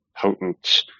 potent